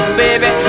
baby